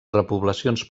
repoblacions